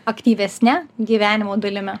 aktyvesne gyvenimo dalimi